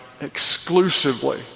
exclusively